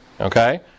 Okay